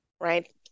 right